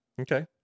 Okay